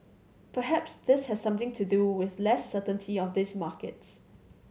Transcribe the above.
perhaps this has something to do with less certainty of these markets